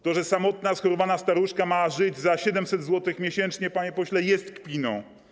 To, że samotna schorowana staruszka ma żyć za 700 zł miesięcznie, panie pośle, jest kpiną.